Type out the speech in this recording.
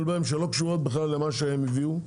בהן שלא קשורות בכלל למה שהם הביאו.